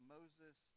Moses